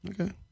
okay